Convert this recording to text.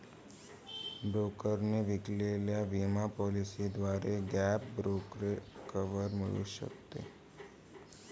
ब्रोकरने विकलेल्या विमा पॉलिसीद्वारे गॅप कव्हरेज मिळू शकते